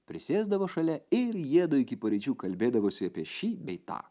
prisėsdavo šalia ir jiedu iki paryčių kalbėdavosi apie šį bei tą